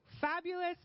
fabulous